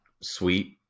sweet